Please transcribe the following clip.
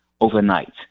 overnight